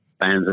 fans